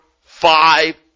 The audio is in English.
five